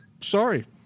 sorry